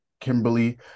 Kimberly